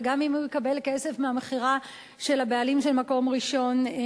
וגם אם הוא יקבל כסף מהמכירה של הבעלים של "מקור ראשון",